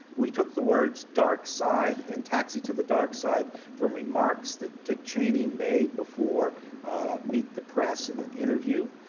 we took the words dark side and taxi to the dark side from remarks that dick cheney made before meet the press, in an interview.